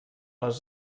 les